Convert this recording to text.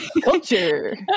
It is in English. Culture